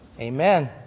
Amen